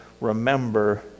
remember